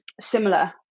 similar